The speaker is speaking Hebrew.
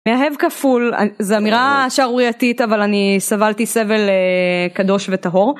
מאהב כפול, א-זה אמירה שערורייתית אבל אני סבלתי סבל אה... קדוש וטהור.